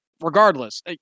regardless